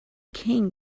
king